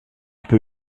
peu